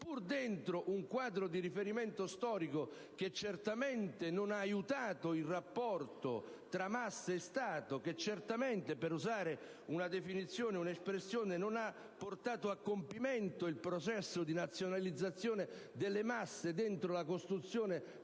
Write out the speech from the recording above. pur dentro un quadro di riferimento storico che certamente non ha aiutato il rapporto tra masse e Stato e che certamente non ha portato a compimento il processo di nazionalizzazione delle masse dentro la costruzione